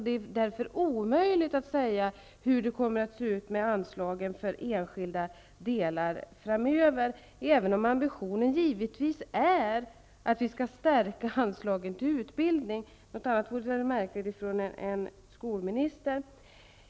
Det är därför omöjligt att säga hur det kommer att se ut med anslagen för enskilda delar framöver, även om ambitionen givetvis är att vi skall stärka anslagen till utbildning -- något annat vore väl märkligt ifrån en skolminister.